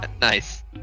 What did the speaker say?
nice